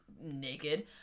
naked